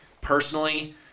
personally